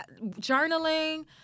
journaling